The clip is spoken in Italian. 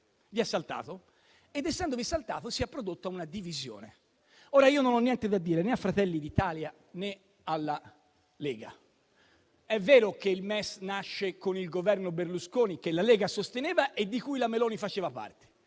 Vi è saltato ed essendovi saltato si è prodotta una divisione. Ora io non ho niente da dire né a Fratelli d'Italia né alla Lega. È vero che il MES nasce con il Governo Berlusconi, che la Lega sosteneva e di cui la Meloni faceva parte.